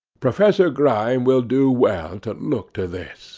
professor grime will do well to look to this